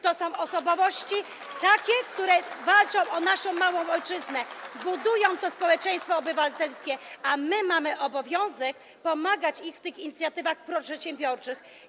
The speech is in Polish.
To są osobowości, które walczą o naszą małą ojczyznę, budują to społeczeństwo obywatelskie, a my mamy obowiązek pomagać im w tych inicjatywach proprzedsiębiorczych.